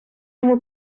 йому